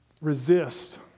resist